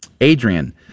Adrian